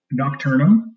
Nocturnum